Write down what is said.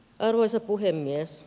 arvoisa puhemies